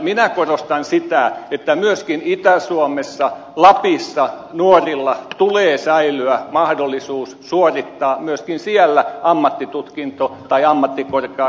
minä korostan sitä että myöskin itä suomessa lapissa nuorilla tulee säilyä mahdollisuus suorittaa myöskin siellä ammattitutkinto tai ammattikorkeakoulututkinto